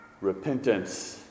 repentance